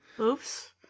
Oops